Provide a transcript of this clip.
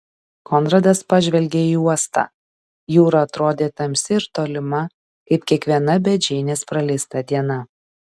konradas pažvelgė į uostą jūra atrodė tamsi ir tolima kaip kiekviena be džeinės praleista diena